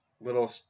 Little